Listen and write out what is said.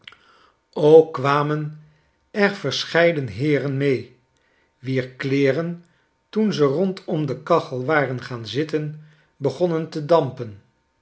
ook kwamen er verscheiden heeren mee wier kleeren toen ze rondom de kachel waren gaan zitten begonnen te dampen